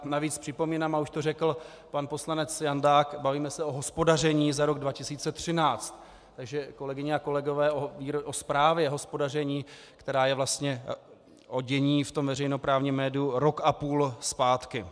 Navíc připomínám, a už to řekl pan poslanec Jandák, bavíme se o hospodaření za rok 2013, takže kolegyně a kolegové, hovoříme o zprávě o hospodaření, která je vlastně o dění v tom veřejnoprávním médiu rok a půl zpátky.